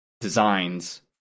designs